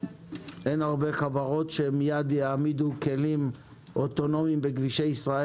אין הרבה חברות שמיד יעמידו כלים אוטונומיים בכבישי ישראל